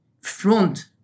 front